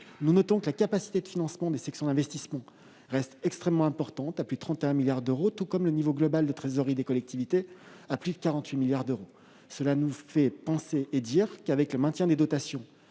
Nous notons que la capacité de financement des sections d'investissement reste extrêmement importante, à plus de 31 milliards d'euros, tout comme le niveau global de trésorerie des collectivités, à plus de 48 milliards d'euros. Avec le maintien des dotations